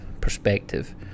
perspective